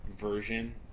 version